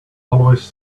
always